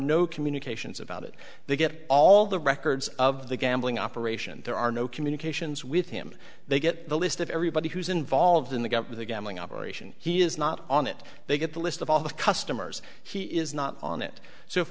no communications about it they get all the records of the gambling operation there are no communications with him they get the list of everybody who's involved in the got with a gambling operation he is not on it they get the list of all the customers he is not on it so if